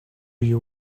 you